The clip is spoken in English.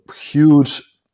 huge